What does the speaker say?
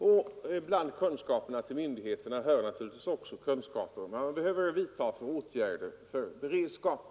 Och till det senare hör naturligtvis också kunskaper om vad myndigheterna behöver vidta för åtgärder för att öka beredskapen.